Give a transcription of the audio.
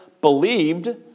believed